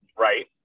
right